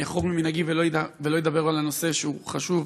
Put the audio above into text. אני אחרוג ממנהגי ולא אדבר על הנושא שהוא חשוב.